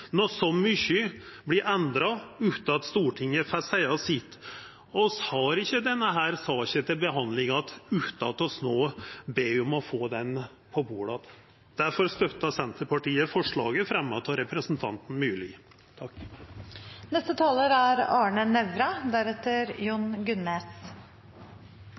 når så mykje vert endra utan at Stortinget får sagt sitt. Vi får ikkje denne saka til behandling att utan at vi ber om å få ho på bordet att. Difor støttar Senterpartiet forslaget som er fremja av representanten Myrli.